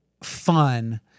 fun